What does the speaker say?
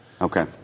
Okay